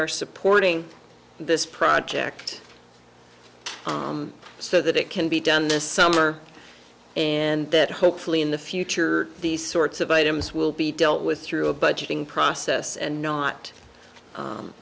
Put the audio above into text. are supporting this project so that it can be done this summer and that hopefully in the future these sorts of items will be dealt with through a budgeting process and not